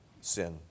sin